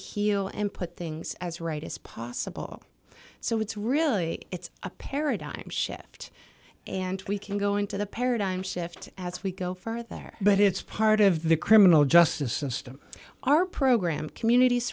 heal and put things as right as possible so it's really it's a paradigm shift and we can go into the paradigm shift as we go further there but it's part of the criminal justice system our program communities